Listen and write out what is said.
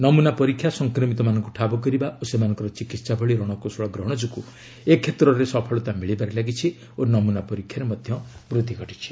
ନମୁନା ପରୀକ୍ଷା ସଂକ୍ରମିତମାନଙ୍କୁ ଠାବ କରିବା ଓ ସେମାନଙ୍କର ଚିକି୍ସା ଭଳି ରଣକୌଶଳ ଗ୍ରହଣ ଯୋଗୁଁ ଏ କ୍ଷେତ୍ରରେ ସଫଳତା ମିଳିବାରେ ଲାଗିଛି ଓ ନମୁନା ପରୀକ୍ଷାରେ ବୃଦ୍ଧି ଘଟିଛି